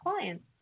clients